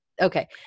Okay